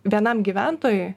vienam gyventojui